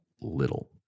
little